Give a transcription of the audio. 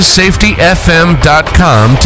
safetyfm.com